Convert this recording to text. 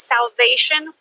salvation